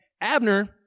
Abner